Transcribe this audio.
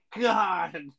God